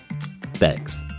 Thanks